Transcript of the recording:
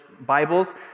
Bibles